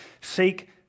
seek